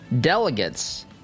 delegates